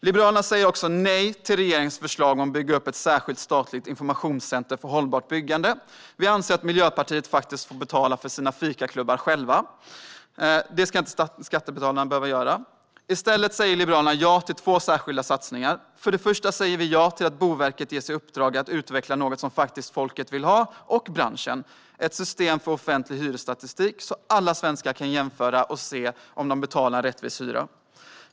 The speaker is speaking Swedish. Liberalerna säger också nej till regeringens förslag om att bygga upp ett särskilt statligt informationscenter för hållbart byggande. Vi anser att Miljöpartiet faktiskt får betala för sina fikaklubbar själva; det ska inte skattebetalarna behöva göra. I stället säger Liberalerna ja till två särskilda satsningar. För det första säger vi ja till att Boverket ges i uppdrag att utveckla något som folket och branschen faktiskt vill ha, nämligen ett system för offentlig hyresstatistik så att alla svenskar kan jämföra och se om de betalar en rättvis hyra.